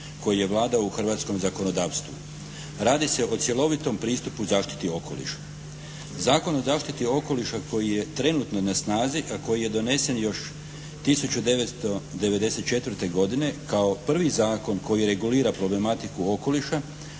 koji je vladao u hrvatskom zakonodavstvu. Radi se o cjelovitom pristupu zaštiti okolišu. Zakon o zaštiti okoliša koji je trenutno na snazi a koji je donesen još 1994. godine kao prvi zakon koji regulira problematiku okoliša